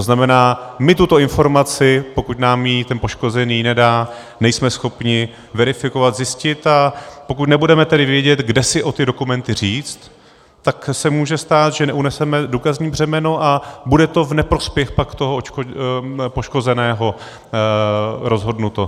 To znamená, my tuto informaci, pokud nám ji ten poškozený nedá, nejsme schopni verifikovat, zjistit, a pokud nebudeme tedy vědět, kde si o ty dokumenty říct, tak se může stát, že neuneseme důkazní břemeno a bude to v neprospěch pak toho poškozeného rozhodnuto.